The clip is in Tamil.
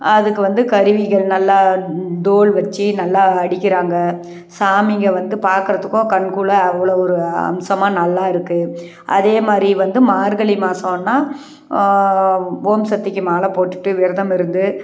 அதுக்கு வந்து கருவிகள் நல்லா டோல் வச்சு நல்லா அடிக்கிறாங்க சாமிங்க வந்து பார்க்கறத்துக்கும் கண்குள்ளே அவ்வளோ ஒரு அம்சமாக நல்லா இருக்குது அதே மாதிரி வந்து மார்கழி மாசன்னா ஓம் சக்திக்கு மாலை போட்டுட்டு விரதம் இருந்து